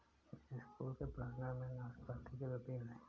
मेरे स्कूल के प्रांगण में नाशपाती के दो पेड़ हैं